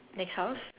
next house